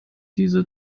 diese